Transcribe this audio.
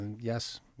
yes